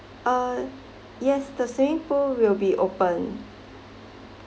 uh yes the swimming pool will be open